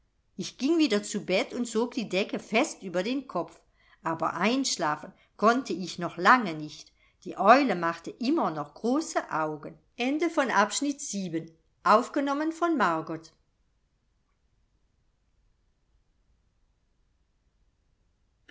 ich ging wieder zu bett und zog die decke fest über den kopf aber einschlafen konnte ich noch lange nicht die eule machte immer noch große augen